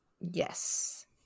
Yes